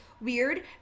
weird